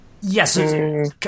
Yes